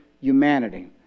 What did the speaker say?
humanity